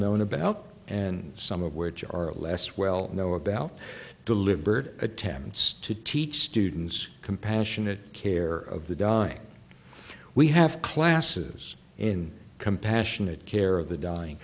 known about and some of which are less well know about deliberate attempts to teach students compassionate care of the dying we have classes in compassionate care of the dying